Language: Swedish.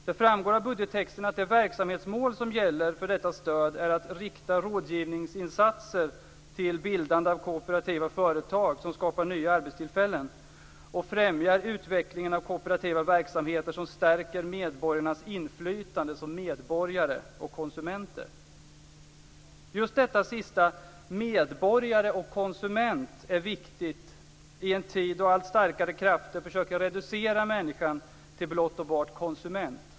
Det framgår av budgettexten att det verksamhetsmål som gäller för detta stöd är, att rikta rådgivningsinsatser till bildande av kooperativa företag som skapar nya arbetstillfällen och främjar utvecklingen av kooperativa verksamheter som stärker medborgarnas inflytande som medborgare och konsumenter. Just detta sista "medborgare och konsument" är viktigt i en tid då allt starkare krafter försöker reducera människan till blott och bart konsument.